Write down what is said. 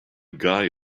guy